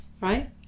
right